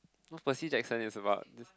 no Percy-Jackson is about this